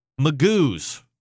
Magoo's